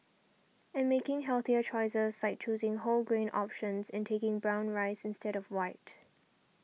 and making healthier choices like choosing whole grain options and taking brown rice instead of white